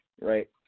right